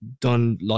done